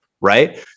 right